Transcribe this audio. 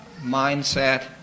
mindset